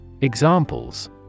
Examples